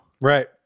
Right